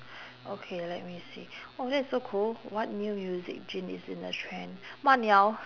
okay let me see oh that's so cool what new music gen~ is in the trend